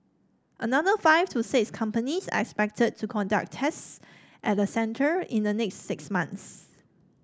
another five to six companies are expected to conduct test at the centre in the next six months